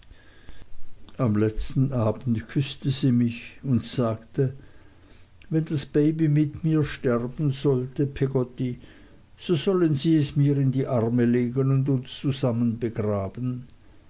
am letzten abend küßte sie mich und sagte wenn das baby mit mir sterben sollte peggotty so sollen sie es mir in die arme legen und uns